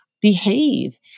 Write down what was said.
behave